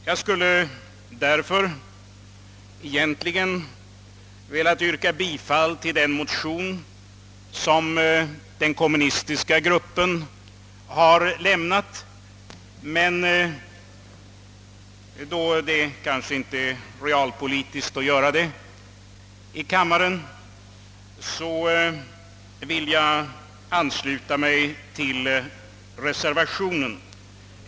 Jag skulle egentligen ha velat yrka bifall till den motion som den kommunistiska gruppen har lämnat, men då det kanske inte är realpolitik att göra det ansluter jag mig till reservationen.